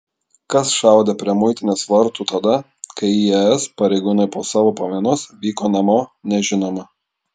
kas šaudė prie muitinės vartų tada kai į es pareigūnai po savo pamainos vyko namo nežinoma